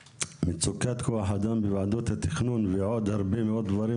שמצוקת כוח האדם בוועדות התכנון ועוד הרבה מאוד דברים